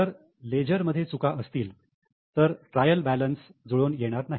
जर लेजर मध्ये चुका असतील तर ट्रायल बॅलन्स जुळुन येणार नाही